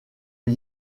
par